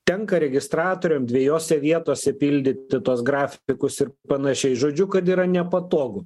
tenka registratoriam dviejose vietose pildyti tuos grafikus ir panašiai žodžiu kad yra nepatogu